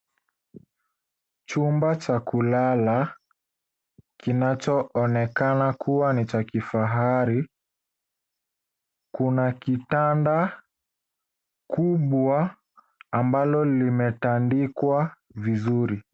Chumba cha kulala kinachoonekana kuwa ni cha kifahari, kuna kitanda kubwa ambalo limetandikwa vizuri.